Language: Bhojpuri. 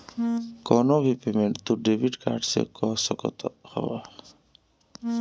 कवनो भी पेमेंट तू डेबिट कार्ड से कअ सकत हवअ